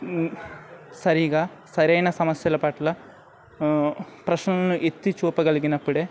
సరిగా సరైన సమస్యల పట్ల ప్రశ్నలను ఎత్తి చూపగలిగినప్పుడే